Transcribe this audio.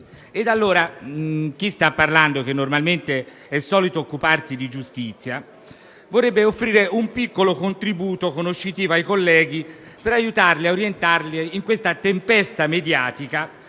Chi vi parla, che normalmente è solito occuparsi di giustizia, vorrebbe offrire un piccolo contributo conoscitivo ai colleghi per aiutarli a orientarsi in questa tempesta mediatica